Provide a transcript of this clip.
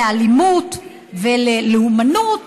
לאלימות וללאומנות,